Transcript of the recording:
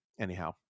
anyhow